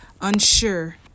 Unsure